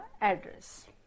address